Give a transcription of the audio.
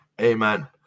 Amen